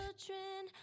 Children